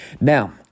Now